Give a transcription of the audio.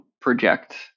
project